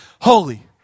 holy